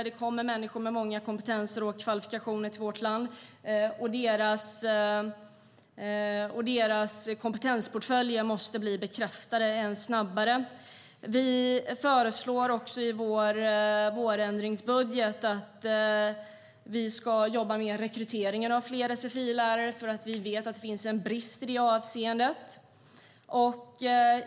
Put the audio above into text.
Det kommer människor med många kompetenser och kvalifikationer till vårt land, och deras kompetensportföljer måste bli bekräftade än snabbare. Vi föreslår i vårändringsbudgeten att vi ska jobba med rekrytering av fler sfi-lärare, för vi vet att det finns en brist i det avseendet.